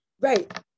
right